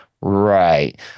Right